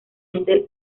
eden